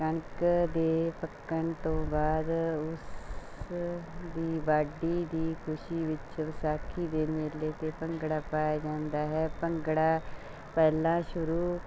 ਕਣਕ ਦੇ ਪੱਕਣ ਤੋਂ ਬਾਅਦ ਉਸ ਦੀ ਵਾਢੀ ਦੀ ਖੁਸ਼ੀ ਵਿੱਚ ਵਿਸਾਖੀ ਦੇ ਮੇਲੇ 'ਤੇ ਭੰਗੜਾ ਪਾਇਆ ਜਾਂਦਾ ਹੈ ਭੰਗੜਾ ਪਹਿਲਾਂ ਸ਼ੁਰੂ